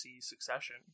Succession